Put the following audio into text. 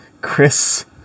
Chris